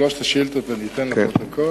את שלוש השאילתות אני אתן לפרוטוקול.